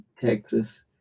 Texas